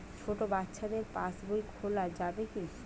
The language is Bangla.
ছোট বাচ্চাদের পাশবই খোলা যাবে কি?